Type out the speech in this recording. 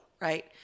right